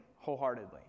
wholeheartedly